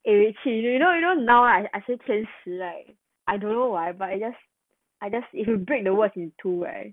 eh she you know you know now right I say 天使 like I don't know why but I just I just if you break the words in two right